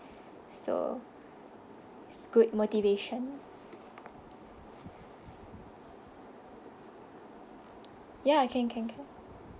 so it's good motivation ya can can can